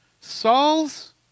Saul's